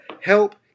help